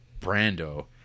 Brando